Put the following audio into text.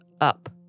up